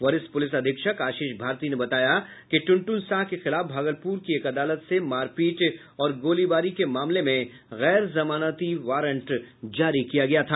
वरिष्ठ पुलिस अधीक्षक आशीष भारती ने बताया कि टुनटुन साह के खिलाफ भागलपुर की एक अदालत से मारपीट और गोलीबारी के मामले में गैर जमानती वारंट जारी था